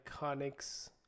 iconics